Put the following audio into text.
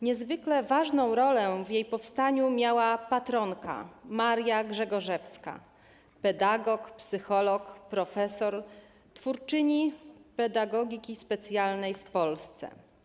Niezwykle ważną rolę w jej powstaniu miała patronka, Maria Grzegorzewska - pedagog, psycholog, profesor, twórczyni pedagogiki specjalnej w Polsce.